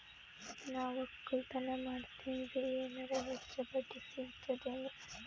ನಾ ಒಕ್ಕಲತನ ಮಾಡತೆನ್ರಿ ಎನೆರ ಹೆಚ್ಚ ಬಡ್ಡಿ ಸಿಗತದೇನು?